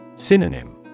Synonym